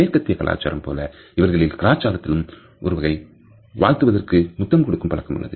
மேற்கத்திய கலாச்சாரம் போல இவர்களின் கலாச்சாரத்திலும் ஒருவரை வாழ்த்துவதற்கு முத்தம் கொடுக்கும் பழக்கம் உள்ளது